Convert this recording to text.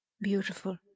Beautiful